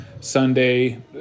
Sunday